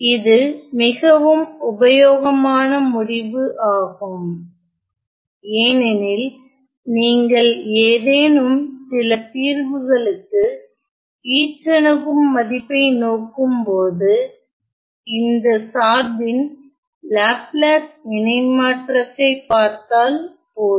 இது மிகவும் உபயோகமான முடிவு ஆகும் ஏனெனில் நீங்கள் ஏதேனும் சில தீர்வுகளுக்கு ஈற்றணுகும் மதிப்பை நோக்கும் போது இந்த சார்பின் லாப்லாஸ் இணைமாற்றத்தை பார்த்தால் போதும்